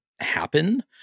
happen